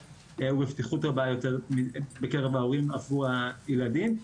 ובפתיחות רבה יותר בקרב ההורים עבור הילדים.